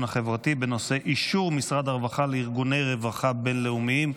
החברתי בנושא אישור משרד הרווחה לארגוני רווחה בין-לאומיים.